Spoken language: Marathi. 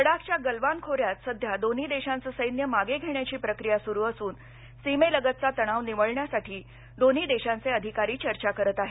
लडाखच्या गल्वान खोऱ्यात सध्या दोन्ही देशांचं सैन्य मागं घेण्याची प्रक्रिया सुरु असून सीमेलगतचा तणाव निवळण्यासाठी दोन्ही देशांचे अधिकारी चर्चा करत आहेत